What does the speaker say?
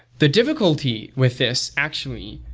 the difficulty with this, actually,